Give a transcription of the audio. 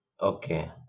Okay